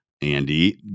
Andy